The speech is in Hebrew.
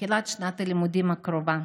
בתחילת שנת הלימודים הקרובה,